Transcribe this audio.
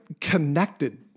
connected